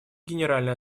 генеральной